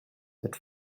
that